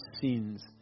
sins